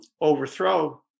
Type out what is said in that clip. overthrow